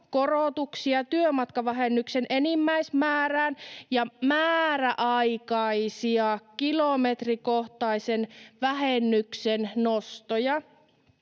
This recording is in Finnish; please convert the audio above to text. korotuksia työmatkavähennyksen enimmäismäärään ja määräaikaisia kilometrikohtaisen vähennyksen nostoja.